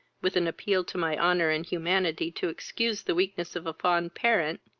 with an appeal to my honour and humanity, to excuse the weakness of a fond parent,